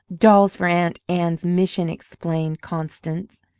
dolls for aunt anne's mission, explained constance.